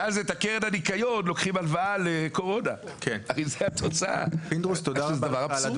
אני רוצה להודות לגבי שהזכירה לנו מה שהיינו